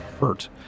hurt